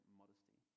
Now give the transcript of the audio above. modesty